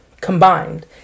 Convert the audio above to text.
combined